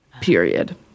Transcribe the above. period